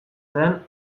den